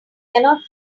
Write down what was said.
cannot